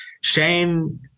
Shane